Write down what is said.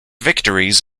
victories